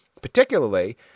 particularly